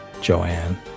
Joanne